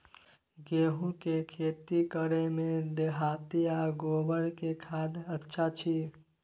गेहूं के खेती करे में देहाती आ गोबर के खाद अच्छा छी?